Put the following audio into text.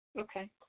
Okay